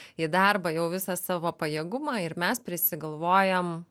į darbą jau visą savo pajėgumą ir mes prisigalvojam